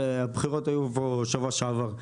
הבחירות היו פה בשבוע שעבר,